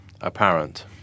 apparent